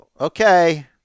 okay